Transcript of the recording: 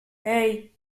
hey